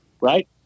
right